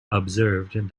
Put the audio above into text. observed